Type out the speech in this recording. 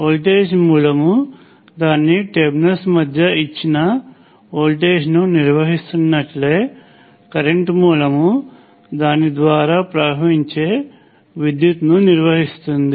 voltage మూలం దాని terminals మధ్య ఇచ్చిన వోల్టేజ్ను నిర్వహిస్తున్నట్లే కరెంట్ మూలం దాని ద్వారా ప్రవహించే విద్యుత్తును నిర్వహిస్తుంది